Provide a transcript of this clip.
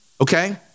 okay